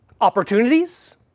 opportunities